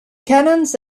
cannons